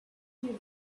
you